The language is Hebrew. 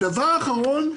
דבר אחרון,